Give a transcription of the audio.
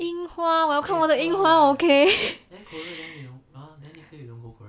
樱花我要看我的樱花 okay